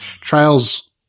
Trials